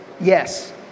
yes